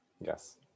Yes